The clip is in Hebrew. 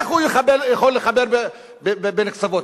איך הוא יכול לחבר בין הקצוות?